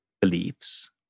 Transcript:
beliefs